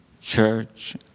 church